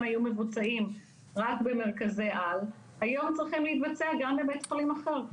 היו מבוצעים רק במרכזי על היום צריכים להתבצע גם בבית חולים אחר,